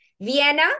Vienna